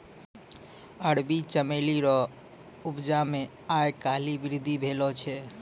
अरबी चमेली रो उपजा मे आय काल्हि वृद्धि भेलो छै